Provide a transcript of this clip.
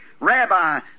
Rabbi